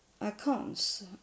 accounts